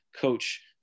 coach